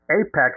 Apex